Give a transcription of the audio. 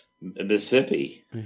Mississippi